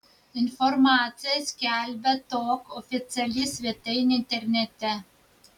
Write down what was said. informaciją skelbia tok oficiali svetainė internete